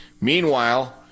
Meanwhile